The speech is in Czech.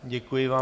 Děkuji vám.